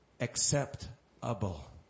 acceptable